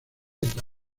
etapa